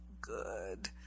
good